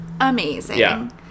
amazing